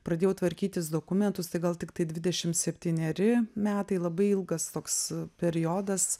pradėjau tvarkytis dokumentus tai gal tiktai dvidešim septyneri metai labai ilgas toks periodas